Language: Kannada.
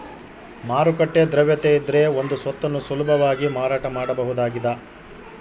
ಮಾರುಕಟ್ಟೆ ದ್ರವ್ಯತೆಯಿದ್ರೆ ಒಂದು ಸ್ವತ್ತನ್ನು ಸುಲಭವಾಗಿ ಮಾರಾಟ ಮಾಡಬಹುದಾಗಿದ